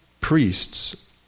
priests